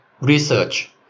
Research